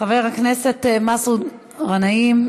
חבר הכנסת מסעוד גנאים,